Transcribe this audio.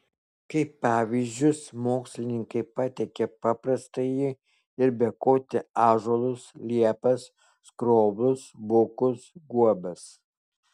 kaip pavyzdžius mokslininkai pateikia paprastąjį ir bekotį ąžuolus liepas skroblus bukus guobas